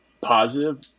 positive